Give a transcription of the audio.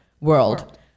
world